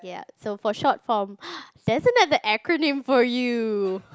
so for short form there is another acronym for you